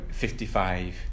55%